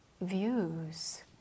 views